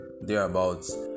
Thereabouts